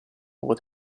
nuovo